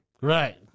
Right